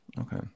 Okay